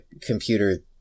computer